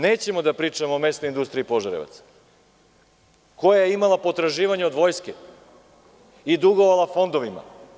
Nećemo da pričamo o Mesnoj industriji Požarevac, koja je imala potraživanja od vojske i dugovala fondovima.